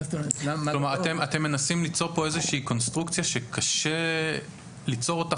אתם מנסים ליצור פה איזושהי קונסטרוקציה שקשה ליצור אותה